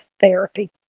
therapy